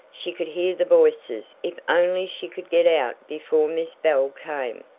she could hear the voices. if only she could get out before miss bell came!